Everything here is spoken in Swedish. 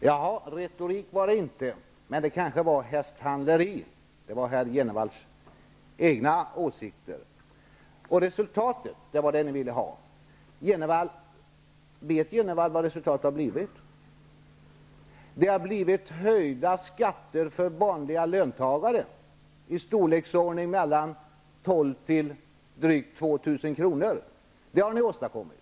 Herr talman! Retorik var det inte, men det kanske var hästhandleri -- det var herr Jenevalls egna åsikter. Och det var resultatet ni ville ha. Vet herr Jenevall vad resultatet har blivit? Det har blivit höjda skatter för vanliga löntagare på mellan 12 och drygt 2 000 kr. Det har ni åstadkommit.